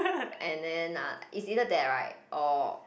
and then ah is either that right or